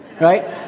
right